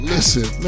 Listen